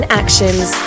actions